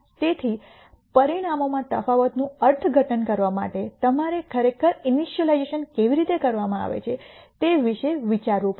તેથી પરિણામોમાં તફાવતનું અર્થઘટન કરવા માટે તમારે ખરેખર ઇનિશલાઇઝેશન કેવી રીતે કરવામાં આવે છે તે વિશે વિચારવું પડશે